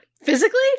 Physically